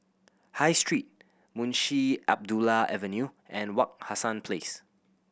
High Street Munshi Abdullah Avenue and Wak Hassan Place